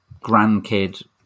grandkid